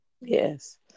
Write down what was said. Yes